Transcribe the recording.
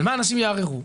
על מה אנשים יערערו?